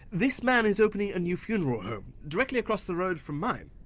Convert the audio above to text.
this man is opening a new funeral home. directly across the road from mine.